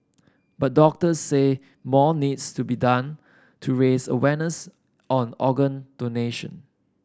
but doctors say more needs to be done to raise awareness on organ donation